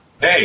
Hey